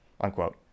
unquote